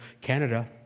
Canada